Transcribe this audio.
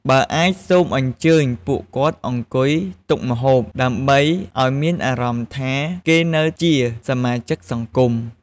បើអាច សូមអញ្ជើញពួកគាត់អង្គុយតុម្ហូប ដើម្បីអោយមានអារម្មណ៍ថាគេនៅជាសមាជិកសង្គម។